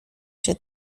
się